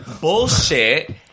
bullshit